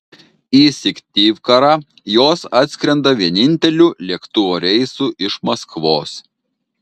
į syktyvkarą jos atskrenda vieninteliu lėktuvo reisu iš maskvos